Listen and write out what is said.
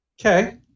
Okay